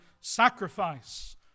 sacrifice